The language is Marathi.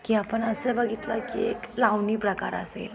कि आपण असं बघितलं की एक लावणी प्रकार असेल